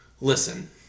Listen